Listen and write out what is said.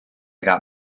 got